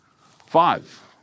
five